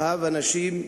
אהב אנשים.